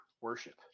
worship